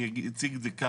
אני אציג את זה כך,